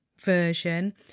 version